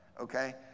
okay